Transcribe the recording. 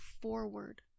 forward